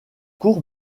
cours